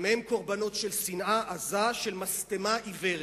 גם הם קורבנות של שנאה עזה, של משטמה עיוורת.